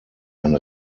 ein